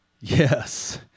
Yes